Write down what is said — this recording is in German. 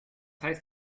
heißt